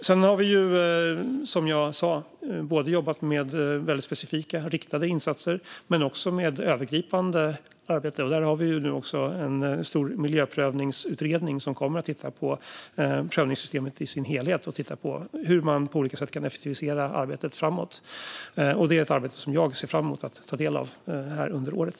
Sedan har vi, som jag sa, både jobbat med väldigt specifika, riktade insatser och med övergripande arbete. Där har vi nu även en stor miljöprövningsutredning som kommer att titta på prövningssystemet i dess helhet och hur man på olika sätt kan effektivisera arbetet framåt. Det är ett arbete som jag ser fram emot att ta del av under året.